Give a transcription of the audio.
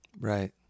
Right